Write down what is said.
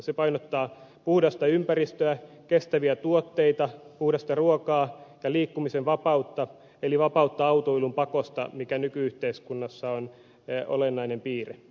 se painottaa puhdasta ympäristöä kestäviä tuotteita puhdasta ruokaa ja liikkumisen vapautta eli vapautta autoilun pakosta mikä nyky yhteiskunnassa on olennainen piirre